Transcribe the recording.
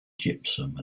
gypsum